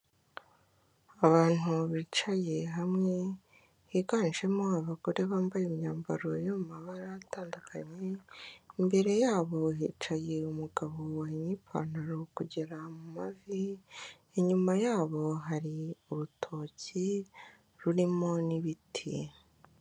Abantu bicaye hamwe higanjemo abagore bambaye imyambaro yo mu mabara atandukanye, imbere yabo hicaye umugabo wahinye ipantaro kugera mu mavi, inyuma yabo hari urutoki rurimo n'ibiti.